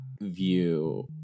view